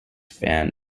fan